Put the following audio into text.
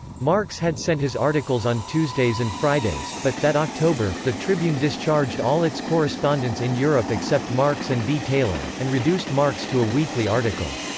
marx had sent his articles on tuesdays and fridays, but, that october, the tribune discharged all its correspondents in europe except marx and b. taylor, and reduced marx to a weekly article.